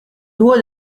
duo